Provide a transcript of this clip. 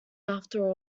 after